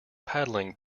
paddling